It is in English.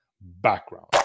background